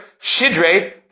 Shidre